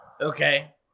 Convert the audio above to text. Okay